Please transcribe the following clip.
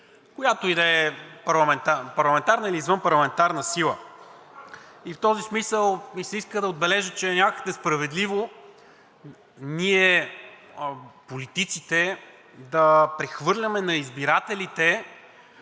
която и да е парламентарна или извънпарламентарна сила. В този смисъл ми се иска да отбележа, че е някак несправедливо ние политиците да прехвърляме на избирателите